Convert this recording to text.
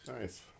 Nice